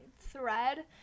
thread